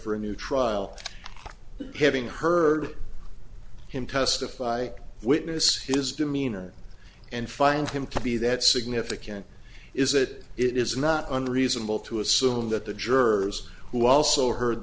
for a new trial having heard him testify witness his demeanor and find him to be that significant is it it is not unreasonable to assume that the jurors who also heard